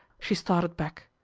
she started back,